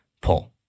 pull